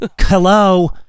Hello